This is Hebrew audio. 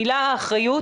המילה אחריות,